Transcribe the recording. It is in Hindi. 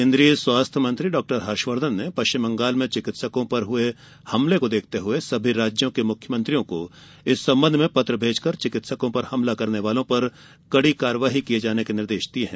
केंद्रीय स्वास्थ्य मंत्री डॉक्टर हर्षवर्धन ने पश्चिम बंगाल में चिकित्सकों पर हए हमले को देखते हए सभी राज्यों के मुख्यमंत्रियों को इस संबंध में पत्र भेजकर चिकित्सकों पर हमला करने वालों पर कड़ी कार्रवाई करने के निर्देश दिये हैं